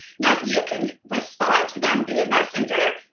now, you can respond to them via messenger,